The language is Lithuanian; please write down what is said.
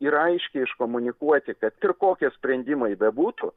ir aiškiai iškomunikuoti kad ir kokie sprendimai bebūtų